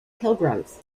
pilgrims